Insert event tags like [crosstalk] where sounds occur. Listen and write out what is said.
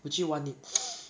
would you want it [noise]